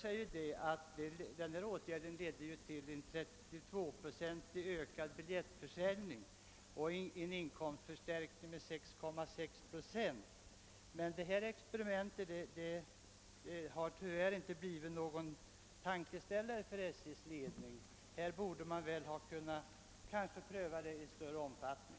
Det visade sig att denna åtgärd ledde till en 32-procentig ökning av biljettförsäljningen och en inkomstförstärkning med 6,6 procent. Detta experiment har tyvärr inte blivit någon tankeställare för SJ:s ledning. Metoden borde kanske ha kunnat prövas i större omfattning.